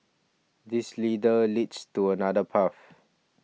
this leader leads to another path